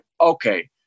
okay